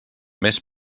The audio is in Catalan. més